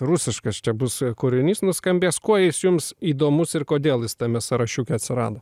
rusiškas čia bus kūrinys nuskambės kuo jis jums įdomus ir kodėl jis tame sąrašiuke atsirado